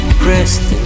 pressed